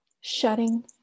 shutting